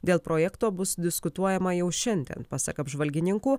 dėl projekto bus diskutuojama jau šiandien pasak apžvalgininkų